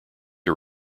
are